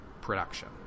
production